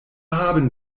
haben